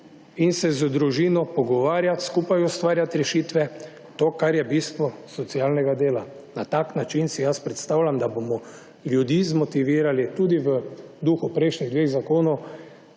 in se z družino pogovarjati, skupaj ustvarjati rešitve, to kar je v bistvu socialnega dela. Na tak način si jaz predstavljam, da bomo ljudi zmotivirali tudi v duhu prejšnjih dveh zakonov,